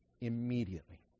immediately